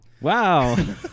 Wow